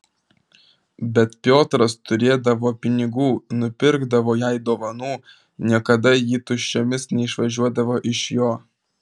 bet piotras turėdavo pinigų nupirkdavo jai dovanų niekada ji tuščiomis neišvažiuodavo iš jo